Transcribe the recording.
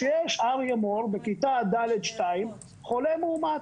שיש אריה מור בכיתה ד'2 חולה מאומת.